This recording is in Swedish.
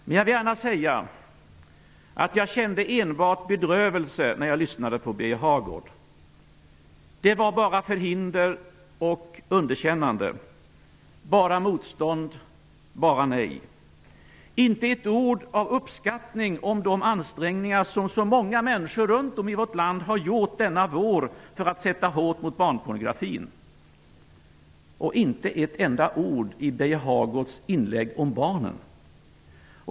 Men jag vill gärna säga att jag enbart kände bedrövelse när jag lyssnade på Birger Hagård. Det var bara förhinder och underkännande, bara motstånd, bara nej. Han yttrade inte ett ord av uppskattning för de ansträngningar som så många människor runt om i vårt land har gjort denna vår för att sätta hårt mot barnpornografin. Det fanns inte ett enda ord i Birger Hagårds inlägg om barnen.